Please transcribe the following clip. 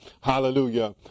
hallelujah